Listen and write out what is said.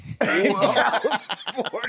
California